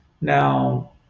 now